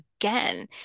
again